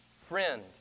friend